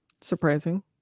Surprising